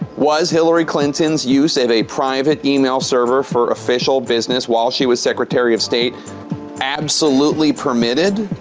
was hillary clinton's use of a private email server for official business while she was secretary of state absolutely permitted?